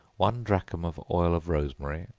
one drachm of oil of rosemary,